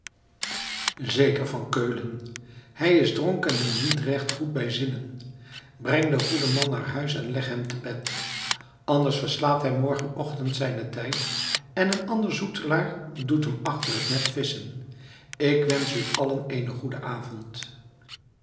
zeker van keulen hij is dronken en niet recht goed bij zinnen breng den goeden man naar huis en leg hem te bed anders verslaapt hij morgenochtend zijnen tijd en een ander zoetelaar doet hem achter het net visschen ik wensch u allen eenen goeden avond